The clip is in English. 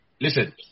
Listen